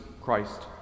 Christ